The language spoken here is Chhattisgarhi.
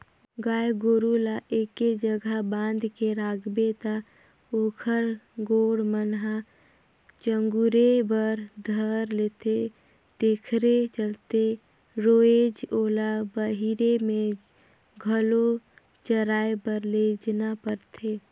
गाय गोरु ल एके जघा बांध के रखबे त ओखर गोड़ मन ह चगुरे बर धर लेथे तेखरे चलते रोयज ओला बहिरे में घलो चराए बर लेजना परथे